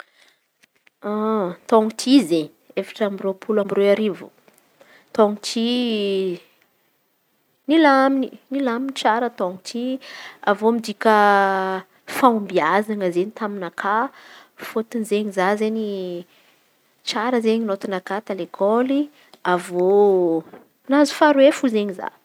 Taôn̈y ty izen̈y efatra amby roapolo amby aroa arivo taôno ty milaminy. Milaminy tsara taôny ty avy eo midika fahombiaza izen̈y taminakà fôtony izen̈y za izen̈y tsara izen̈y nôtinakà talekôly avy eo nahazo faharoa e fô za.